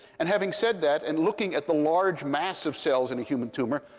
and having said that, and looking at the large mass of cells in a human tumor,